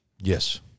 Yes